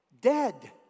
Dead